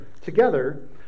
together